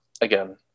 again